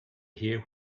hear